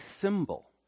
symbol